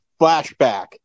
flashback